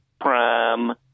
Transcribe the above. prime